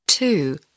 Two